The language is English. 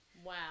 Wow